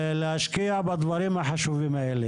להשקיע בדברים החשובים האלה,